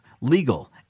legal